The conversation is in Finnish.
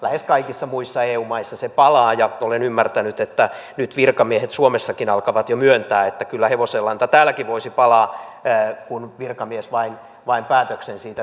lähes kaikissa muissa eu maissa se palaa ja olen ymmärtänyt että nyt virkamiehet suomessakin alkavat jo myöntää että kyllä hevosenlanta täälläkin voisi palaa kun virkamies vain päätöksen siitä tekisi